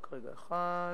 רק רגע אחד,